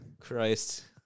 Christ